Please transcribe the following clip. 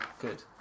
good